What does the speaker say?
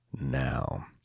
now